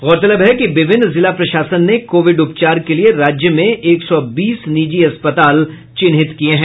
गौरतलब है कि विभिन्न जिला प्रशासन ने कोविड उपचार के लिये राज्य में एक सौ बीस निजी अस्पताल चिह्नित किए हैं